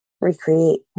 recreate